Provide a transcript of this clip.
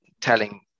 telling